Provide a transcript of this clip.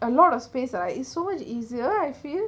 a lot of space right it's so much easier I feel